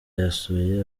yasuye